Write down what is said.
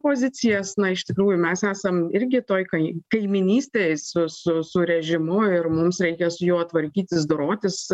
pozicijas na iš tikrųjų mes esam irgi toj kai kaimynystėj su su su režimu ir mums reikia su juo tvarkytis dorotis